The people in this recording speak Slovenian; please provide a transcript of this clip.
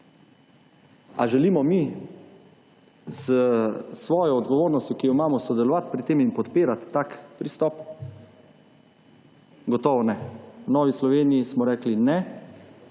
Ali želimo mi z svojo odgovornostjo, ki jo imamo sodelovat pri tem in podpirat tak pristop? Gotovo ne. V Novi Sloveniji smo rekli ne.